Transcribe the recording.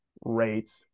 rates